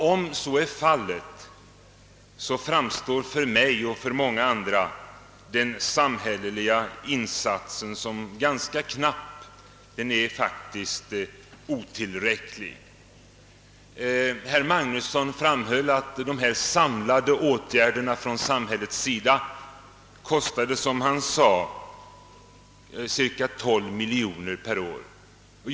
Om så är fallet, framstår för mig och många andra den samhälleliga insatsen som ganska knapp, ja faktiskt som otillräcklig. Herr Magnusson i Borås framhöll att de samlade åtgärderna från samhällets sida kostar cirka 12 miljoner kronor per år.